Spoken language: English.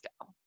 go